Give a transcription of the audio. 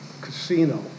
casino